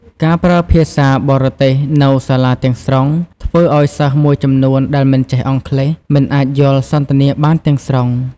ការប្រើភាសាបរទេសនៅសាលាទាំងស្រុងធ្វើឱ្យសិស្សមួយចំនួនដែលមិនចេះអង់គ្លេស មិនអាចយល់សន្ទនាបានទាំងស្រុង។